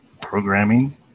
programming